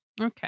okay